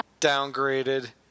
downgraded